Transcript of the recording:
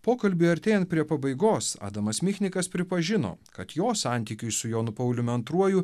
pokalbiui artėjant prie pabaigos adamas michnikas pripažino kad jo santykiui su jonu pauliumi antruoju